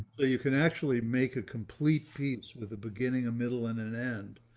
you can actually make a complete pizza with a beginning, a middle and an end,